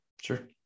sure